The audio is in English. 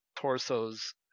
torsos